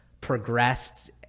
progressed